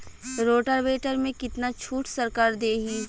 Rotavator में कितना छूट सरकार देही?